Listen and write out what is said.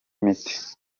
imiti